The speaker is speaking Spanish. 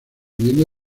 viene